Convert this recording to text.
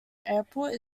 airport